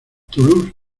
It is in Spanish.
toulouse